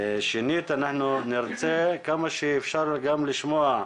שנית אנחנו נרצה כמה שאפשר גם לשמוע,